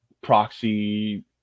proxy